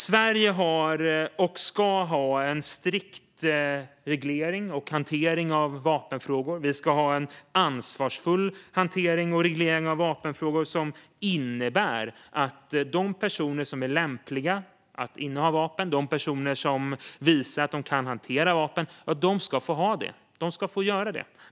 Sverige har och ska ha en strikt och ansvarsfull reglering och hantering av vapenfrågor. Det innebär att de personer som är lämpliga att inneha vapen och som visar att de kan hantera vapen ska få ha det och göra det.